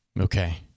Okay